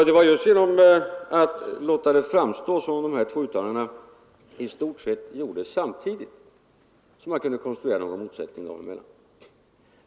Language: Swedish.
Det var just genom att låta det framstå som om dessa två uttalanden gjordes i stort sett samtidigt som herr Burenstam Linder kunde konstruera någon motsättning dem emellan.